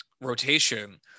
rotation